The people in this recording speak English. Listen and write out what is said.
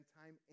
time